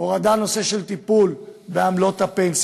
הורדה בנושא של טיפול בעמלות הפנסיה.